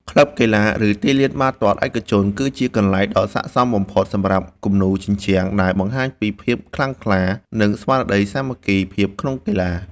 ក្លឹបកីឡា ឬទីលានបាល់ទាត់ឯកជន គឺជាកន្លែងដ៏ស័ក្តិសមសម្រាប់គំនូរជញ្ជាំងដែលបង្ហាញពីភាពខ្លាំងក្លា និងស្មារតីសាមគ្គីភាពក្នុងកីឡា។